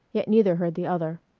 yet neither heard the other.